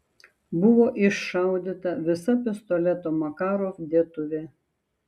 buvo iššaudyta visa pistoleto makarov dėtuvė